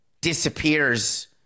disappears